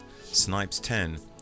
SNIPES10